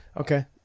Okay